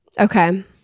Okay